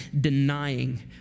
denying